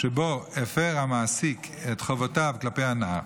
שבו הפר המעסיק את חובותיו כלפי הנער.